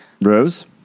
Rose